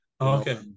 Okay